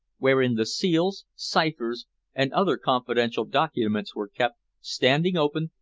wherein the seals, ciphers and other confidential documents were kept, standing open,